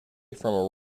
from